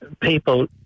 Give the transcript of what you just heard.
people